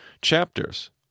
chapters